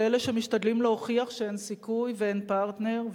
אלה שמשתדלים להוכיח שאין סיכוי ואין פרטנר,